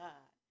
God